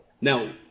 Now